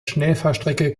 schnellfahrstrecke